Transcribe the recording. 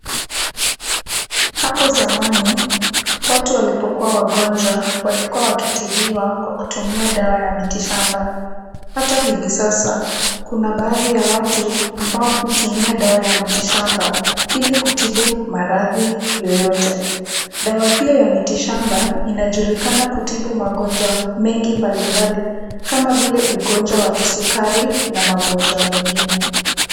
Hapo zamani, watu walipokuwa wagonjwa walikuwa wakitibiwa kwa kutumia dawa ya miti shamba. Hata hivi sasa, kuna baadhi ya watu ambao hutumia dawa ya miti shamba ili kutibu maradhi yoyote. Dawa hiyo ya miti shamba inajulikana kutibu magonjwa mengi mbalimbali kama vile ugonjwa wa kisukari na magonjwa mengine.